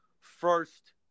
first